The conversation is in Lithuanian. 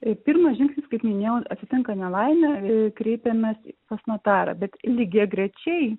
tai pirmas žingsnis kaip minėjau atsitinka nelaimių kreipiamasi pas notarą bet lygiagrečiai